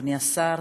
אדוני השר,